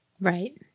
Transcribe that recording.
right